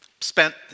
spent